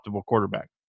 quarterback